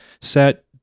set